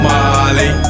Molly